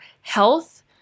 health